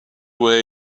way